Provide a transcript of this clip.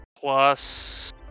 plus